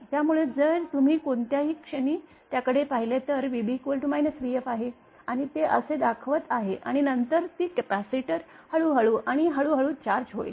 त्यामुळे जर तुम्ही कोणत्याही क्षणी त्याकडे पाहिले तर vb vf आहे आणि ते असे दाखवत आहे आणि नंतर ती कपॅसिटर हळूहळू आणि हळूहळू चार्ज होईल